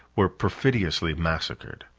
were perfidiously massacred.